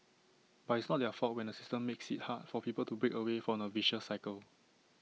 but it's not their fault when the system makes IT hard for people to break away from the vicious cycle